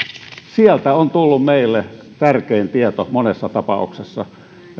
sieltä on tullut meille tärkein tieto monessa tapauksessa